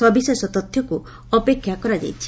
ସବିଶେଷ ତଥ୍ୟକୁ ଅପେକ୍ଷା କରାଯାଇଛି